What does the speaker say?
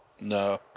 no